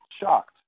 shocked